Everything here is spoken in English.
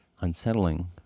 unsettling